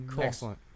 excellent